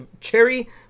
cherry